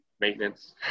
maintenance